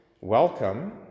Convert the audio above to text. welcome